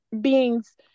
beings